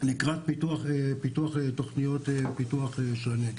לקראת פיתוח תוכניות הנגב.